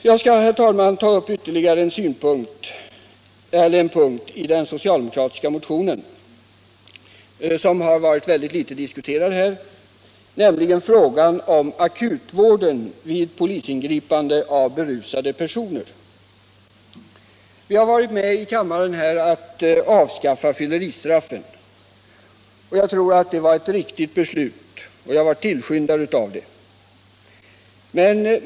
Jag skall, herr talman, ta upp ytterligare en punkt i den socialdemokratiska motionen, som har varit mycket litet diskuterad här, nämligen frågan om akutvården vid polisingripande mot berusade personer. Vi har här i kammaren varit med om avskaffa fylleristraffen. Jag tror att det var ett riktigt beslut, och jag var tillskyndare av det.